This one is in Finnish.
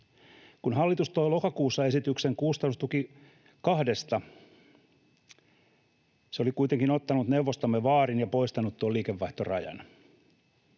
Kun hallitus toi lokakuussa esityksen kustannustuki 2:sta, se oli kuitenkin ottanut neuvostamme vaarin ja poistanut tuon liikevaihtorajan.